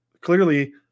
Clearly